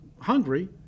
hungry